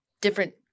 different